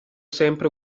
sempre